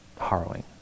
harrowing